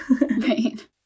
Right